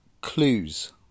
clues